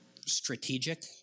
strategic